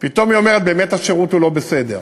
פתאום היא אומרת: באמת השירות לא בסדר.